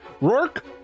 Rourke